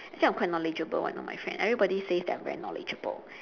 actually I'm quite knowledgeable one of my friend everybody says that I'm very knowledgeable